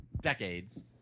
decades